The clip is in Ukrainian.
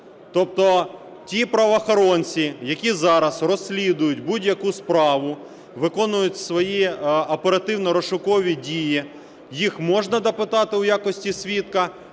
Тобто ті правоохоронці, які зараз розслідують будь-яку справу, виконують свої оперативно-розшукові дії, їх можна допитати у якості свідка,